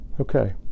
Okay